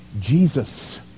Jesus